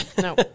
No